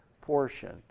portion